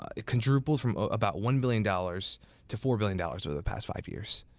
ah it quadrupled from about one billion dollars to four billion dollars over the past five years.